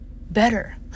better